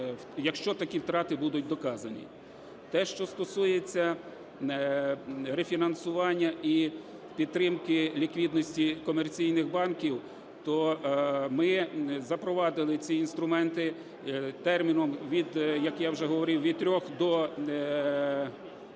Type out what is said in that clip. якщо такі втрати будуть доказані. Те, що стосується рефінансування і підтримки ліквідності комерційних банків, то ми запровадили ці інструменти терміном від, як я